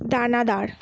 দানাদার